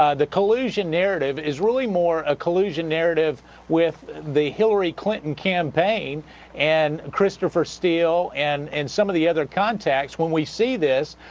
ah the collusion narrative is really more a collusion narrative with the hillary clinton campaign and christopher steel, and and some of the other contacts. when we see this,